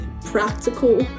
practical